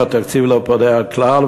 התקציב לא פוגע כלל,